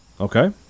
Okay